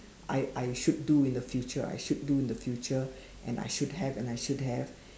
I I should do in the future I should do in the future and I should have and I should have